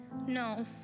No